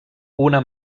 una